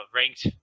ranked